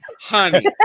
honey